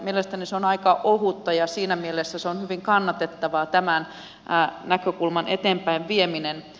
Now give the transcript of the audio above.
mielestäni se on aika ohutta ja siinä mielessä on hyvin kannatettavaa tämän näkökulman eteenpäinvieminen